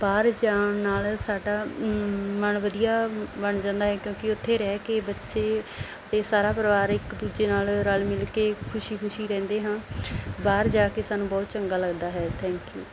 ਬਾਹਰ ਜਾਣ ਨਾਲ ਸਾਡਾ ਮਨ ਵਧੀਆ ਬਣ ਜਾਂਦਾ ਕਿਉਂਕਿ ਉੱਥੇ ਰਹਿ ਕੇ ਬੱਚੇ ਅਤੇ ਸਾਰਾ ਪਰਿਵਾਰ ਇੱਕ ਦੂਜੇ ਨਾਲ ਰਲ ਮਿਲ ਕੇ ਖੁਸ਼ੀ ਖੁਸ਼ੀ ਰਹਿੰਦੇ ਹਾਂ ਬਾਹਰ ਜਾ ਕੇ ਸਾਨੂੰ ਬਹੁਤ ਚੰਗਾ ਲੱਗਦਾ ਹੈ ਥੈਂਕ ਯੂ